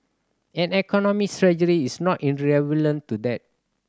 and economic strategy is not to that